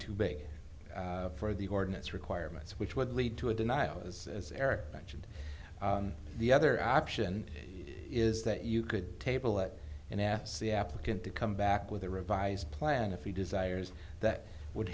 too big for the ordinance requirements which would lead to a denial as eric mentioned the other option is that you could table that and asked the applicant to come back with a revised plan if he desires that would